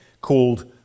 called